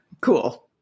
cool